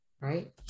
right